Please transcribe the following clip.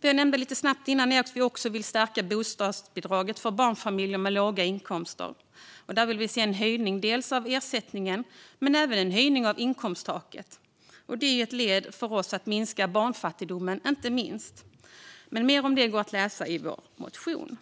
Som jag nämnde lite snabbt tidigare vill vi också stärka bostadsbidraget för barnfamiljer med låga inkomster. Där vill vi se en höjning av ersättningen men även en höjning av inkomsttaket. Detta är för oss inte minst ett led i att minska barnfattigdomen. Mer om det går att läsa i vår motion.